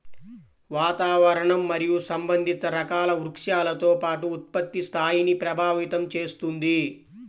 వాతావరణం మరియు సంబంధిత రకాల వృక్షాలతో పాటు ఉత్పత్తి స్థాయిని ప్రభావితం చేస్తుంది